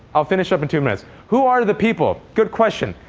i'll finish up in two minutes. who are the people? good question.